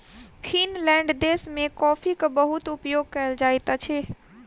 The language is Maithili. फ़िनलैंड देश में कॉफ़ीक बहुत उपयोग कयल जाइत अछि